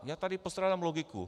Já tady postrádám logiku.